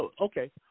Okay